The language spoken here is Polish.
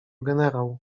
generał